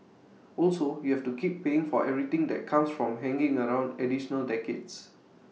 also you have to keep paying for everything that comes from hanging around additional decades